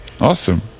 Awesome